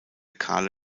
kahle